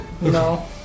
No